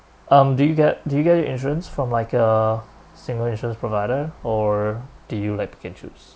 um do you get do you get your insurance from like a similar insurance provider or do you like pick and choose